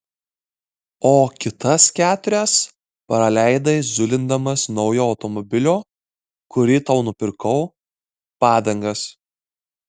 o kitas keturias praleidai zulindamas naujo automobilio kurį tau nupirkau padangas